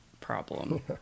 problem